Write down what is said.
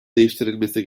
değiştirilmesi